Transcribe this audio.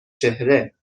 چهره